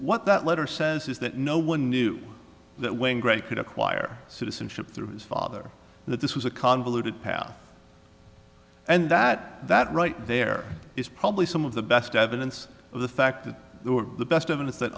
what that letter says is that no one knew that when gray could acquire citizenship through his father that this was a convoluted path and that that right there is probably some of the best evidence of the fact that there were the best evidence that